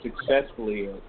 successfully